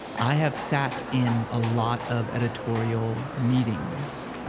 i have sat in a lot of editorial meetings,